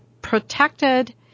protected